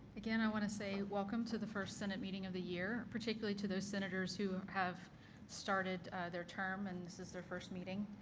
again, i want to say welcome to the first senate meeting of the year, particularly to those senators who have started their term and this is the first meeting.